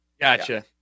Gotcha